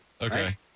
Okay